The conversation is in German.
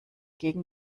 gegen